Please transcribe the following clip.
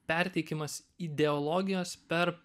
perteikimas ideologijos per